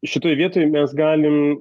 šitoj vietoj mes galim